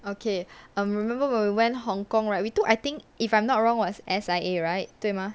okay err remember when we went hong-kong right we took I think if I'm not wrong was S_I_A right 对吗